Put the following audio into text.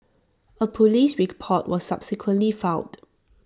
A Police report was subsequently filed